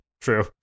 true